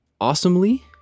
awesomely